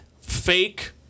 fake